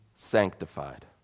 sanctified